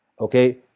Okay